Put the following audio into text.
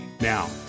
Now